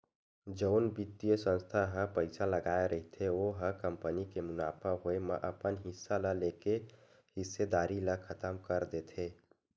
जउन बित्तीय संस्था ह पइसा लगाय रहिथे ओ ह कंपनी के मुनाफा होए म अपन हिस्सा ल लेके हिस्सेदारी ल खतम कर देथे